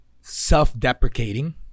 self-deprecating